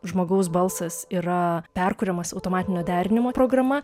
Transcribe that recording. žmogaus balsas yra perkuriamas automatinio derinimo programa